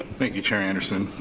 thank you chair anderson.